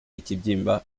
ikibyimba